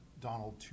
Donald